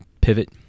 pivot